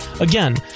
Again